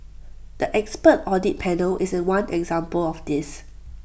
the expert audit panel is one example of this